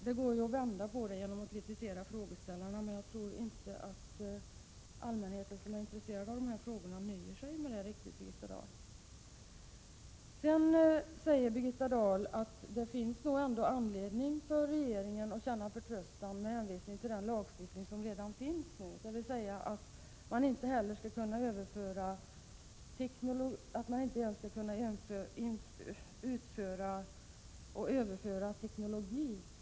Det går att vända på det hela genom att kritisera frågeställarna, men jag tror inte att allmänheten, som är intresserad av dessa frågor, nöjer sig riktigt med detta, Birgitta Dahl! Birgitta Dahl säger vidare att det nog ändå finns anledning för regeringen att känna förtröstan med hänvisning till den lagstiftning som redan gäller, dvs. att man inte ens skall kunna överföra teknologi.